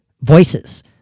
voices